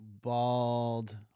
Bald